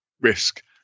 risk